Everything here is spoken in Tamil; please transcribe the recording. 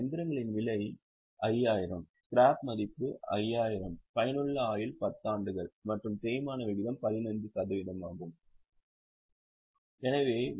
இயந்திரங்களின் விலை 50000 ஸ்கிராப் மதிப்பு 5000 பயனுள்ள ஆயுள் 10 ஆண்டுகள் மற்றும் தேய்மான விகிதம் 15 சதவீதமாக கணக்கிடப்படுகிறது